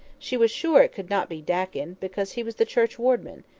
she was sure it could not be dakin, because he was the churchwarden.